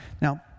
Now